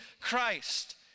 Christ